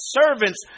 servants